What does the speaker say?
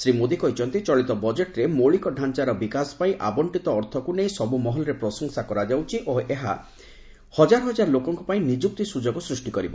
ଶ୍ରୀ ମୋଦୀ କହିଛନ୍ତି ଚଳିତ ବଜେଟରେ ମୌଳିକ ଢ଼ାଞ୍ଚାର ବିକାଶ ପାଇଁ ଆବଶ୍ଚିତ ଅର୍ଥକୁ ନେଇ ସବୁ ମହଲରେ ପ୍ରଶଂସା କରାଯାଉଛି ଓ ଏହା ହଜାର ହଜାର ଲୋକଙ୍କ ପାଇଁ ନିଯୁକ୍ତି ସୁଯୋଗ ସୃଷ୍ଟି କରିବ